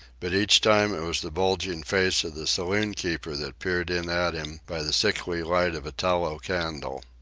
but each time it was the bulging face of the saloon-keeper that peered in at him by the sickly light of a tallow candle.